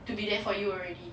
to be there for you already